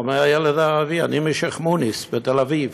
אומר הילד הערבי: אני משיח'-מוניס בתל-אביב.